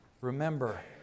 Remember